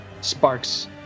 sparks